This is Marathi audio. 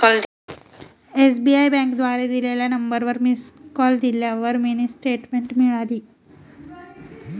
एस.बी.आई बँकेद्वारे दिल्या गेलेल्या नंबरवर मिस कॉल दिल्यावर मिनी स्टेटमेंट मिळाली